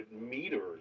meters